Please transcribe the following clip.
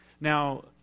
Now